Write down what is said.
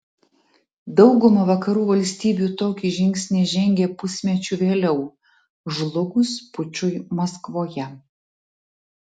dauguma vakarų valstybių tokį žingsnį žengė pusmečiu vėliau žlugus pučui maskvoje